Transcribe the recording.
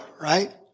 right